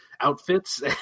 outfits